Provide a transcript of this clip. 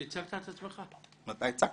שהיוזמה לה כללה בין היתר גם